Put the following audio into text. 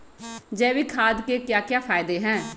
जैविक खाद के क्या क्या फायदे हैं?